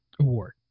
award